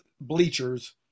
bleachers